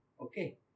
Okay